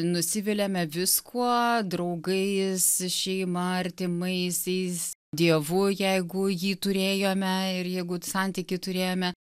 nusiviliame viskuo draugais šeima artimaisiais dievu jeigu jį turėjome ir jeigu santykį turėjome